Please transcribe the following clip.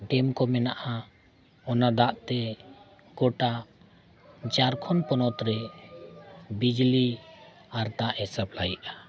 dam ᱠᱚ ᱢᱮᱱᱟᱜᱼᱟ ᱚᱱᱟ ᱫᱟᱜ ᱛᱮ ᱜᱚᱴᱟ ᱡᱷᱟᱲᱠᱷᱚᱸᱰ ᱯᱚᱱᱚᱛ ᱨᱮ ᱵᱤᱡᱽᱞᱤ ᱟᱨ ᱫᱟᱜ ᱮ ᱥᱟᱯᱞᱟ ᱭᱮᱜᱼᱟ